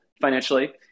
financially